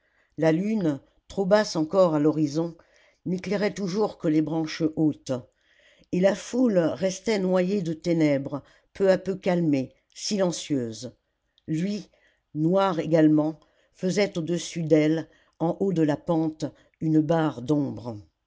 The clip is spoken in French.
la lune trop basse encore à l'horizon n'éclairait toujours que les branches hautes et la foule restait noyée de ténèbres peu à peu calmée silencieuse lui noir également faisait au-dessus d'elle en haut de la pente une barre d'ombre